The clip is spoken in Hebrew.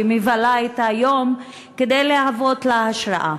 ומבלה אתה יום כדי לשמש לה השראה.